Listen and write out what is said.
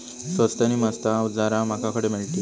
स्वस्त नी मस्त अवजारा माका खडे मिळतीत?